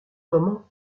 moment